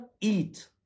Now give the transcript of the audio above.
Eat